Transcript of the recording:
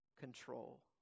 control